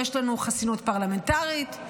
יש לנו חסינות פרלמנטרית,